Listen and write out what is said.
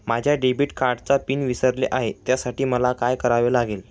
माझ्या डेबिट कार्डचा पिन विसरले आहे त्यासाठी मला काय करावे लागेल?